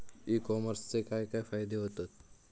E कॉमर्सचे काय काय फायदे होतत?